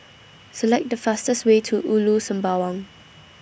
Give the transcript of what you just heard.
Select The fastest Way to Ulu Sembawang